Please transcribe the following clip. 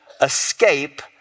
escape